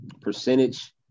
percentage